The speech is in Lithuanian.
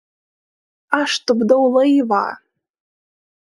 aš tupdau laivą